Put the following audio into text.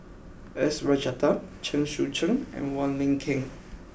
S Rajaratnam Chen Sucheng and Wong Lin Ken